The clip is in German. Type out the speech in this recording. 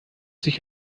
sich